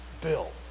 Bill